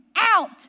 out